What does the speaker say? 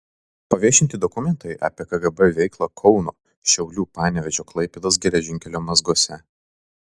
paviešinti dokumentai apie kgb veiklą kauno šiaulių panevėžio klaipėdos geležinkelio mazguose